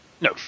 No